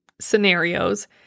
scenarios